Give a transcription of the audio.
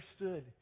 understood